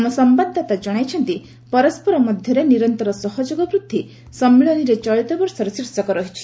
ଆମ ସମ୍ଘାଦାଦାତା ଜଣାଇଛନ୍ତି ପରସ୍କର ମଧ୍ୟରେ ନିରନ୍ତର ସହଯୋଗ ବୃଦ୍ଧି ସମ୍ମିଳିନୀରେ ଚଳିତ ବର୍ଷର ଶୀର୍ଷକ ରହିଛି